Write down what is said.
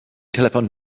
telephoned